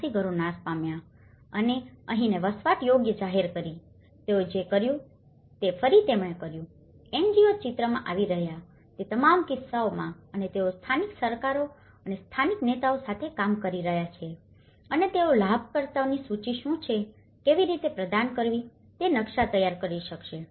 886 ઘરો નાશ પામ્યા હતા અને અહીંને વસવાટ યોગ્ય જાહેર કરી તેઓએ જે કર્યું તે ફરી તેમણે કર્યું NGO ચિત્રમાં આવી રહ્યાં છે તે તમામ કિસ્સાઓમાં અને તેઓ સ્થાનિક સરકારો અને સ્થાનિક નેતાઓ સાથે કામ કરી રહ્યા છે અને તેઓ લાભકર્તાઓની સૂચિ શું છે કેવી રીતે પ્રદાન કરવી તે નકશા તૈયાર કરી શકશે